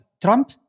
Trump